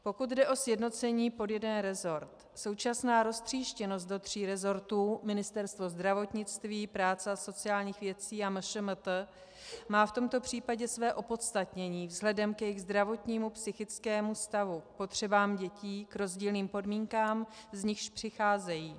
Pokud jde o sjednocení pod jeden resort, současná roztříštěnost do tří resortů, ministerstva zdravotnictví, práce a sociálních věcí a MŠMT, má v tomto případě své opodstatnění vzhledem k jejich zdravotnímu, psychickému stavu, potřebám dětí, k rozdílným podmínkám, z nichž přicházejí.